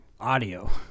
audio